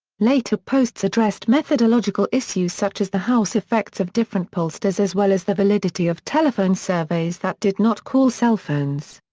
later posts addressed methodological issues such as the house effects of different pollsters as well as the validity of telephone surveys that did not call cell phones.